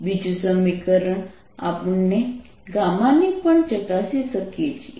બીજું સમીકરણ આપણે ને પણ ચકાસી શકીએ છીએ